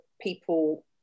people